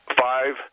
five